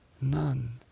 None